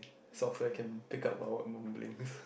software can pick up our mumblings